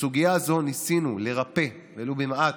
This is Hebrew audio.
בסוגיה הזו ניסינו לרפא, ולו במעט,